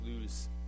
lose